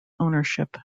ownership